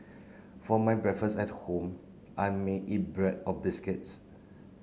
for my breakfast at home I may eat bread or biscuits